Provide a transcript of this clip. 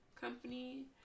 company